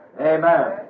Amen